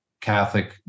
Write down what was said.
catholic